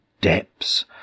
depths